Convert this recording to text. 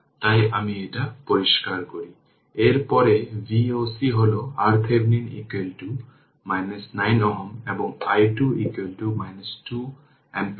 সুতরাং এই অধ্যায়ে দুটি অতিরিক্ত সার্কিট উপাদান উপস্থাপন করা হবে যেগুলি হল ক্যাপাসিটর এবং ইন্ডাক্টর